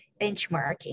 benchmarking